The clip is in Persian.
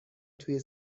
توی